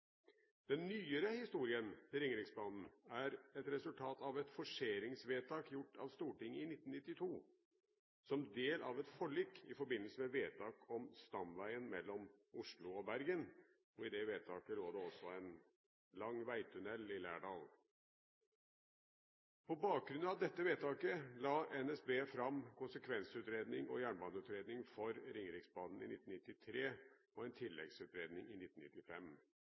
Den nyere historien til Ringeriksbanen er et resultat av et forseringsvedtak gjort av Stortinget i 1992, som del av et forlik i forbindelse med vedtaket om stamveien mellom Oslo og Bergen. I det vedtaket lå det også en lang veitunnel i Lærdal. På bakgrunn av dette vedtaket la NSB fram konsekvensutredning og jernbaneutredning for Ringeriksbanen i 1993 og en tilleggsutredning i 1995.